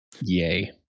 Yay